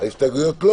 הצבעה לא